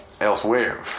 Elsewhere